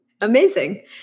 Amazing